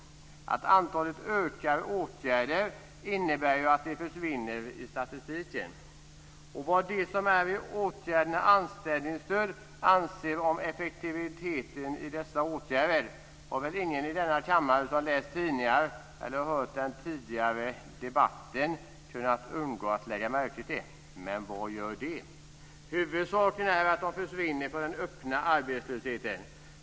Att antalet personer i åtgärder ökar innebär att de försvinner i statistiken. Vad de som är i åtgärder med anställningsstöd anser om effektiviteten av dessa åtgärder har väl ingen i denna kammare som läst tidningar eller hört den tidigare debatten kunnat undgå att lägga märke till. Men vad gör det. Huvudsaken är att de försvinner från den öppna arbetslösheten.